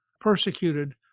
persecuted